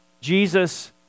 Jesus